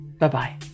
Bye-bye